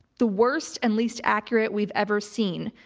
the worst and least accurate we've ever seen.